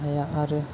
हाया आरो